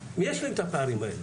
מי ישלים את הפערים האלה?